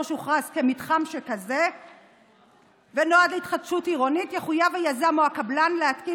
שהוכרז כמתחם שכזה ושנועד להתחדשות עירונית יחויב היזם או הקבלן להתקין